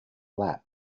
lap